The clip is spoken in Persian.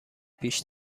پیش